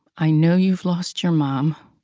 i know you've lost your mom,